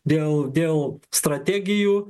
dėl dėl strategijų